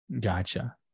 gotcha